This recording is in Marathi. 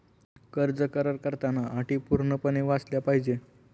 कर्ज करार करताना अटी पूर्णपणे वाचल्या पाहिजे